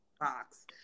box